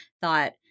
thought